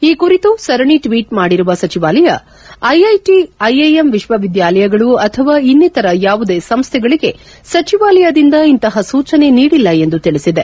ಈ ಕುರಿತು ಸರಣಿ ಟ್ವೀಟ್ ಮಾಡಿರುವ ಸಚಿವಾಲಯ ಐಐಟಿ ಐಐಎಂ ವಿಶ್ವವಿದ್ಯಾಲಯಗಳು ಅಥವಾ ಇನ್ನಿತರ ಯಾವುದೇ ಸಂಸ್ಥೆಗಳಿಗೆ ಸಚಿವಾಲಯದಿಂದ ಇಂತಹ ಸೂಚನೆ ನೀಡಿಲ್ಲ ಎಂದು ತಿಳಿಸಿದೆ